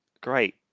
Great